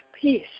peace